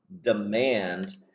demand